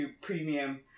Premium